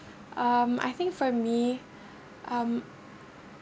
um I think for me um